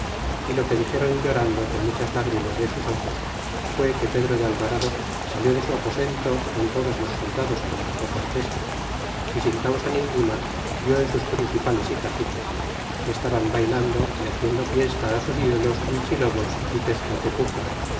y lo que dixeron llorando con muchas lágrimas de sus ojos fue que pedro de alvarado salió de su aposento con todos los soldados que le dexó cortés y sin causa ninguna dió en sus principales y caciques que estaban baylando y haciendo fiesta sus ídolos huichilobos y